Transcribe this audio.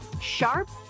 Sharp